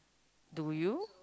do you